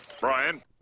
Brian